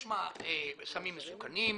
יש סמים מסוכנים,